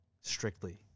strictly